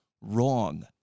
wrong